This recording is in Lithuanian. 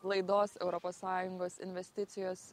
laidos europos sąjungos investicijos